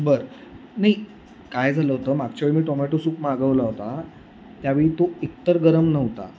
बरं नाही काय झालं होतं मागच्या वेळी मी टोमॅटो सुप मागवला होता त्यावेळी तो एक तर गरम नव्हता